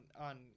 on